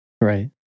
Right